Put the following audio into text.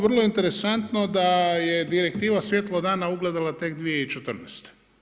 Vrlo interesantno da je direktiva svjetlo dana ugledala tek 2014.